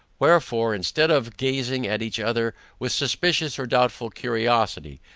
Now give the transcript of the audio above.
wherefore, instead of gazing at each other with suspicious or doubtful curiosity,